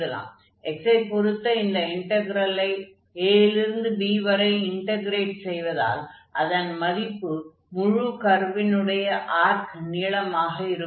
x ஐ பொறுத்த இந்த இன்டக்ரெலை a லிருந்து b வரை இன்டக்ரேட் செய்வதால் அதன் மதிப்பு முழு கர்வினுடைய ஆர்க் நீளமாக இருக்கும்